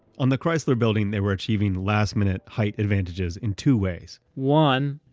on the chrysler building, they were achieving last minute height advantages in two ways. one,